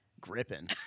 gripping